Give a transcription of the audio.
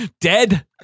Dead